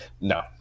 no